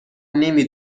نمی